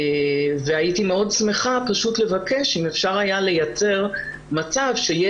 והייתי מאוד שמחה פשוט לבקש אם אפשר היה לייצר מצב שתהיה